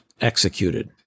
executed